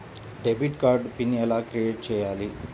Debit card pin ఎలా create చెయ్యాలి?